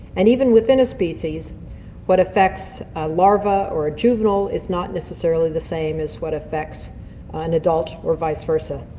and even within a species what affects a larva or a juvenile is not necessarily the same as what affects an adult or vice versa.